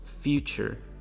future